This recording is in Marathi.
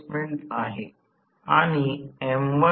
विद्युत प्रवाह वाहत आहे हा I आहे